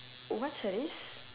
what's her race